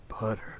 butter